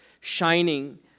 shining